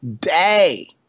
day